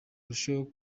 arusheho